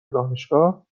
دانشگاه